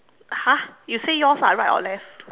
!huh! you say yours ah right or left